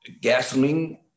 gasoline